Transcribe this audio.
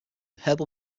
herbal